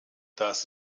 das